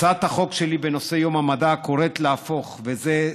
הצעת החוק שלי בנושא יום המדע קוראת להפוך את היום הזה ליום לאומי.